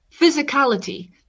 physicality